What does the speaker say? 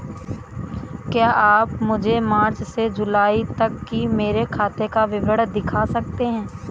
क्या आप मुझे मार्च से जूलाई तक की मेरे खाता का विवरण दिखा सकते हैं?